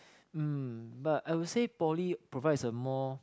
um but I will say poly provides a more